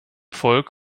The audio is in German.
volk